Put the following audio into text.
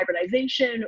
hybridization